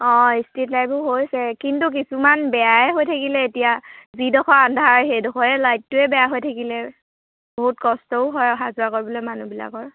অঁ ষ্ট্ৰিট লাইটবোৰ হৈছে কিন্তু কিছুমান বেয়াই হৈ থাকিলে এতিয়া যিডোখৰ আন্ধাৰ সেইডোখৰ লাইটোৱে বেয়া হৈ থাকিলে বহুত কষ্টও হয় অহা যোৱা কৰিবলৈ মানুহবিলাকৰ